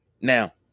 Now